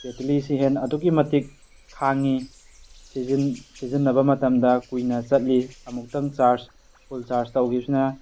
ꯕꯦꯇꯔꯤꯁꯤ ꯍꯦꯟ ꯑꯗꯨꯛꯀꯤ ꯃꯇꯤꯛ ꯈꯥꯡꯏ ꯁꯤꯖꯤꯟꯅꯕ ꯃꯇꯝꯗ ꯀꯨꯏꯅ ꯆꯠꯂꯤ ꯑꯃꯨꯛꯇꯪ ꯆꯥꯔꯖ ꯐꯨꯜ ꯆꯥꯔꯖ ꯇꯧꯈꯤꯕꯁꯤꯅ